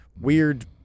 weird